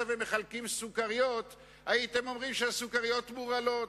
ומחלקים סוכריות הייתם אומרים שהסוכריות מורעלות,